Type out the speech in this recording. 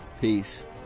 Peace